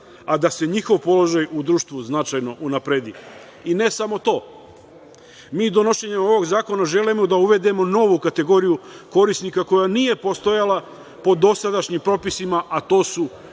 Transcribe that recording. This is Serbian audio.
a da se njihov položaj, u društvu, značajno unapredi. I, ne samo to, mi donošenjem ovog zakona želimo da uvedemo novu kategoriju korisnika, koja nije postojala po dosadašnjim propisima, a to su